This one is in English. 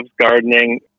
gardening